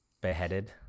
beheaded